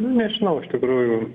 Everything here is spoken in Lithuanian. nu nežinau iš tikrųjų